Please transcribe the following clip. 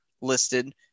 listed